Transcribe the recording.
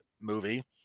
movie